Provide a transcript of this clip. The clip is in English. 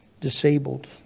Disabled